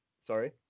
Sorry